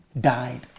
Died